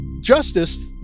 justice